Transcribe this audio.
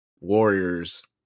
Warriors